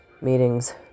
meetings